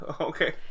Okay